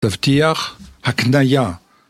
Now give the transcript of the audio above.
תבטיח הקנייה